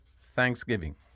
thanksgiving